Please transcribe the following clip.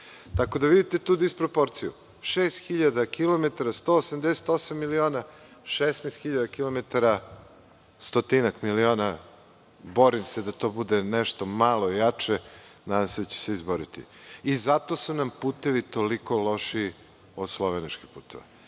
Tako da, vidite tu disproporciju - 6.000 km – 188 miliona, 16.000 km – stotinak miliona. Borim se da to bude nešto malo jače i nadam se da ću se izboriti. Zato su nam putevi toliko lošiji od slovenačkih puteva. Jako